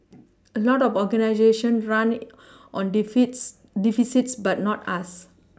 a lot of organisation run on deficits but not us